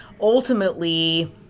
ultimately